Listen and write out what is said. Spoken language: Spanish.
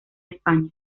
españa